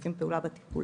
משתפים פעולה בטיפול